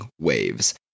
waves